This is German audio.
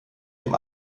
dem